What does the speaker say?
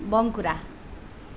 Bankura